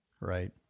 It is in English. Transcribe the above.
Right